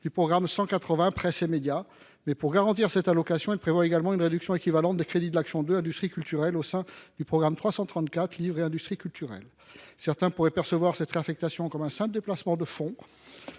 du programme 180 « Presse et médias ». Pour garantir cette allocation, il prévoit également une réduction équivalente des crédits de l’action n° 02 « Industries culturelles » au sein du programme 334 « Livre et industries culturelles ». Certains pourraient percevoir cette réaffectation comme un simple déplacement de fonds